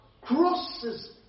crosses